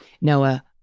Noah